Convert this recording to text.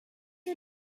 are